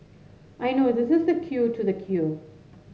I know this is the queue to the queue